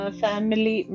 family